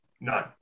None